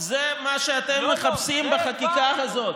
זה מה שאתם מחפשים בחקיקה הזאת.